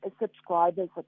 subscriber's